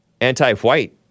Anti-white